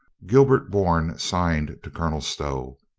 gilbert bourne signed to colonel stow.